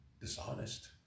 dishonest